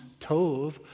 tov